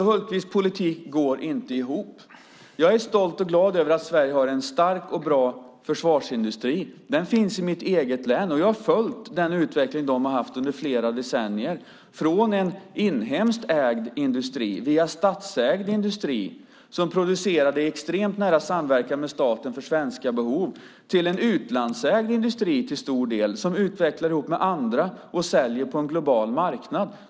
Hultqvists politik går inte ihop. Jag är stolt och glad över att Sverige har en stark och bra försvarsindustri. Den finns i mitt eget län, och jag har följt den utveckling de har haft under flera decennier - från en inhemskt ägd industri via statsägd industri, som producerade i extremt nära samverkan med staten för svenska behov, till en till stor del utlandsägd industri som utvecklar ihop med andra och säljer på en global marknad.